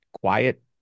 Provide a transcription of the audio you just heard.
quiet